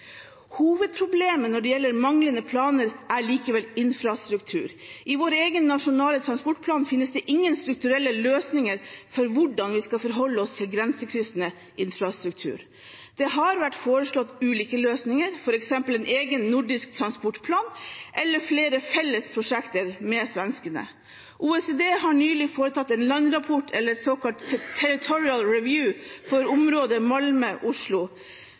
Hovedproblemet når det gjelder manglende planer, er likevel infrastruktur. I vår egen nasjonale transportplan finnes det ingen strukturelle løsninger for hvordan vi skal forholde oss til grensekryssende infrastruktur. Det har vært foreslått ulike løsninger, f.eks. en egen nordisk transportplan, eller flere felles prosjekter med svenskene. OECD har nylig foretatt en landrapport, eller en såkalt «territorial review», for området